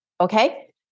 okay